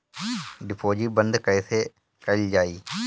Deposit बंद कैसे कैल जाइ?